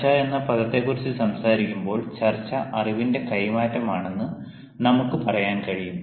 ചർച്ച എന്ന പദത്തെക്കുറിച്ച് സംസാരിക്കുമ്പോൾ ചർച്ച അറിവിന്റെ കൈമാറ്റമാണെന്ന് നമുക്ക് പറയാൻ കഴിയും